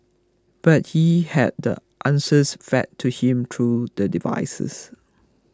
but he had the answers fed to him through the devices